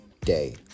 day